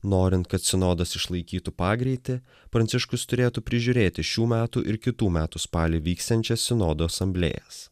norint kad sinodas išlaikytų pagreitį pranciškus turėtų prižiūrėti šių metų ir kitų metų spalį vyksiančias sinodo asamblėjas